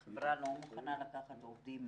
החברה לא מוכנה לקחת עובדים